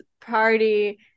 party